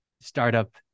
startup